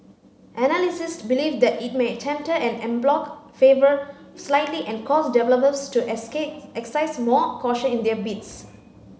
believe that it may en bloc fervour slightly and cause developers to exercise more caution in their bids